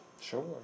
Sure